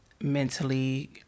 mentally